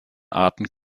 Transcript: arten